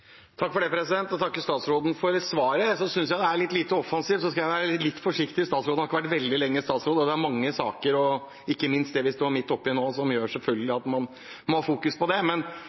Jeg takker statsråden for svaret, men jeg synes det er litt lite offensivt. Jeg skal være litt forsiktig, siden statsråden ikke har vært statsråd veldig lenge, og det er mange saker, ikke minst det vi står oppi nå, som gjør at man selvfølgelig må fokusere på det, men